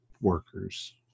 workers